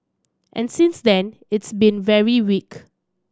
and since then it's been very weak